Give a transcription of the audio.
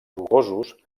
rocosos